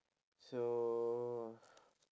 so